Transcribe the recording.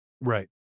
Right